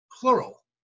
plural